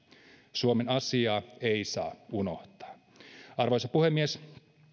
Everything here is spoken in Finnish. suomen asiaa ei saa unohtaa arvoisa puhemies